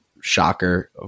Shocker